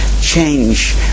change